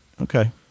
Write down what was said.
Okay